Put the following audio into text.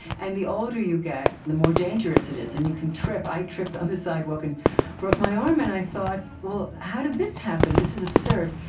and the older you get, the more dangerous it is. and you can trip. i tripped on the sidewalk and broke my arm, and i thought, well, how did this happen? this is absurd.